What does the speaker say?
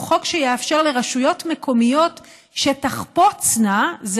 חוק שיאפשר לרשויות מקומיות שתחפוצנה בכך,